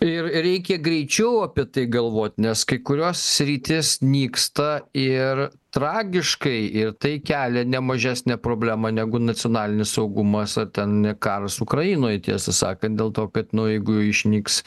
ir reikia greičiau apie tai galvot nes kai kurios sritys nyksta ir tragiškai ir tai kelia ne mažesnę problemą negu nacionalinis saugumas ar ten karas ukrainoj tiesą sakant dėl to kad nu jeigu išnyks